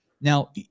Now